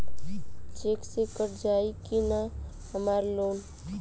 Check से कट जाई की ना हमार लोन?